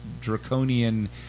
draconian